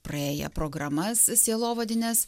praėję programas sielovadines